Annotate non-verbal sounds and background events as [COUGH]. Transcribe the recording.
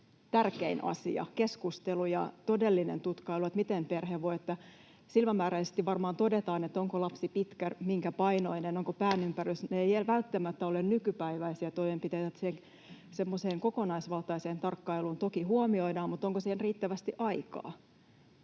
tärkein asia: keskustelu ja todellinen tutkailu, miten perhe voi. Silmämääräisesti varmaan voi todeta, onko lapsi pitkä, minkä painoinen, mikä päänympärys, [NOISE] ja ne eivät välttämättä ole nykypäiväisiä toimenpiteitä semmoiseen kokonaisvaltaiseen tarkkailuun — toki huomioidaan, mutta onko siihen riittävästi aikaa?